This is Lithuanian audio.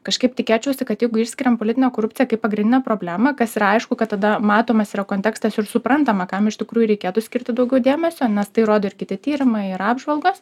kažkaip tikėčiausi kad jeigu išskiriam politinę korupciją kaip pagrindinę problemą kas yra aišku kad tada matomas yra kontekstas ir suprantama kam iš tikrųjų reikėtų skirti daugiau dėmesio nes tai rodo ir kiti tyrimai ir apžvalgos